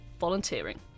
volunteering